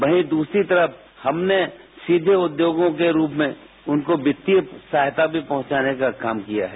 वहीं दूसरी तरफ हमने सीमे उद्योनों के रूप में उनको वित्तीय सहायता नी पहुंचाने का काम किया है